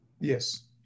Yes